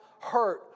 hurt